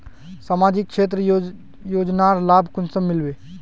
सामाजिक क्षेत्र योजनार लाभ कुंसम मिलबे?